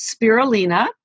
spirulina